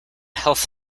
health